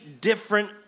different